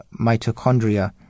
mitochondria